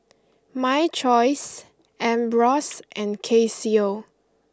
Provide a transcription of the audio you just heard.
My Choice Ambros and Casio